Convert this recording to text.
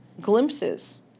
glimpses